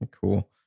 Cool